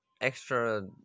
extra